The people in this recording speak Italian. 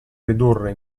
ridurre